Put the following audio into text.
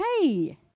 hey